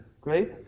great